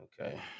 Okay